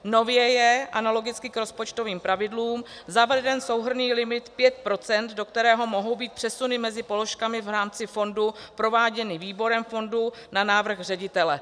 Nově je analogicky k rozpočtovým pravidlům zaveden souhrnný limit pět procent, do kterého mohou být přesuny mezi položkami v rámci fondu prováděny výborem fondu na návrh ředitele.